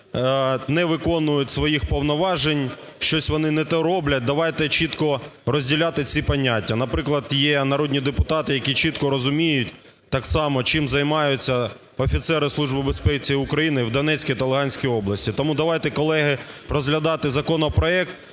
не виконує своїх повноважень, щось вони не те роблять, давайте чітко розділяти ці поняття. Наприклад, є народні депутати, які чітко розуміють так само чим займаються офіцери Служби безпеки України в Донецькій та Луганській області. Тому давайте, колеги, розглядати законопроект,